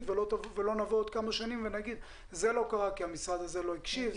ושלא נבוא עוד כמה שנים ונגיד: זה לא קרה כי המשרד הזה לא הקשיב,